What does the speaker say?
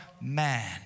man